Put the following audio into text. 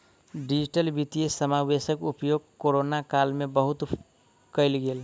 digital वित्तीय समावेशक उपयोग कोरोना काल में बहुत कयल गेल